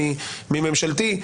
ממשלתי,